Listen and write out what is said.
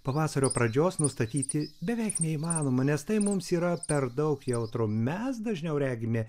pavasario pradžios nustatyti beveik neįmanoma nes tai mums yra per daug jautru mes dažniau regime